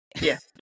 Yes